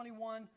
21